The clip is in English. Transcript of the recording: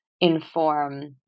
inform